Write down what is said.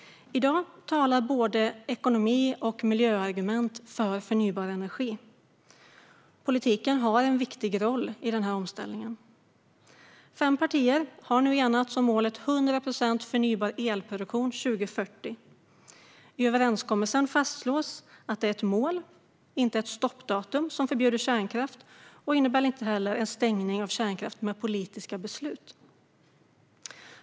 I dag talar både ekonomiska argument och miljöargument för förnybar energi. Politiken har en viktig roll i omställningen. Fem partier har nu enats om målet 100 procent förnybar elproduktion till år 2040. I överenskommelsen fastslås att det är ett mål. Det är inte ett stoppdatum som förbjuder kärnkraft, och det innebär inte heller en stängning av kärnkraft med politiska beslut.